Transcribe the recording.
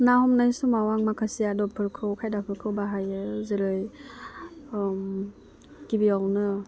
ना हमनाय समाव आं माखासे आदबफोरखौ खायदाफोरखौ बाहायो जेरै गिबियावनो